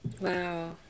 wow